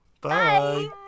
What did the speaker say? Bye